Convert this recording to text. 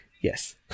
yes